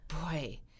Boy